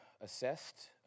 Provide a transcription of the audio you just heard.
assessed